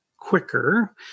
quicker